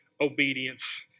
obedience